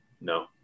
No